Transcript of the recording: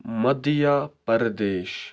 Madhya Pradesh